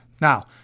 Now